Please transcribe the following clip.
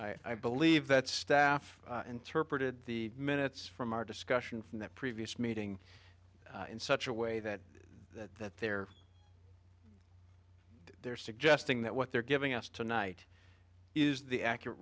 so i believe that staff interpreted the minutes from our discussion from that previous meeting in such a way that that that they're there suggesting that what they're giving us tonight is the accurate